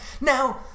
Now